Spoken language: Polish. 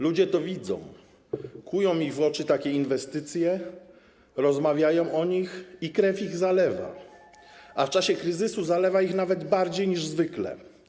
Ludzie to widzą, kłują ich w oczy takie inwestycje, rozmawiają o nich i krew ich zalewa, a w czasie kryzysu zalewa ich nawet bardziej niż zwykle.